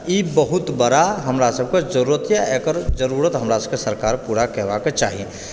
ई बहुत बड़ा हमरा सभ कऽ जरूरत यऽ आ एकर जरूरत हमरा सभ कऽ सरकारके पूरा करबाक चाही